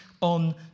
on